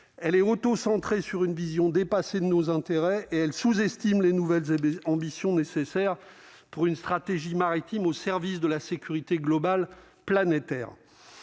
elle est auto-centré sur une vision dépassée de nos intérêts et elles sous-estiment les nouvelles ambition nécessaire pour une stratégie maritime au service de la sécurité globale, planétaire,